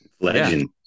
legend